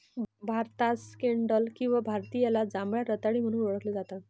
भारतात स्कँडल किंवा भारतीयाला जांभळ्या रताळी म्हणून ओळखले जाते